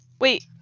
Wait